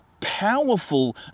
powerful